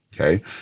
okay